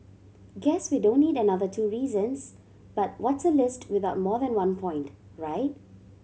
guess we don't need another two reasons but what's a list without more than one point right